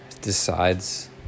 decides